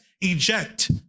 eject